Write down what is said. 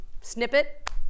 snippet